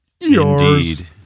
indeed